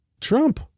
Trump